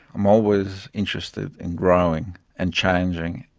i'm always interested in growing and changing,